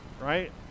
right